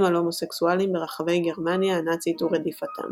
על הומוסקסואלים ברחבי גרמניה הנאצית ורדיפתם.